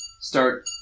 start